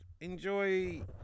Enjoy